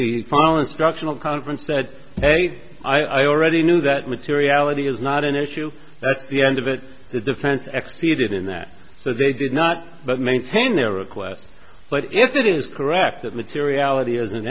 the file instructional conference said hey i already knew that materiality is not an issue that's the end of it the defense expiated in that so they did not but maintain their request but if that is correct that materiality is an